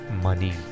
money